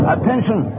Attention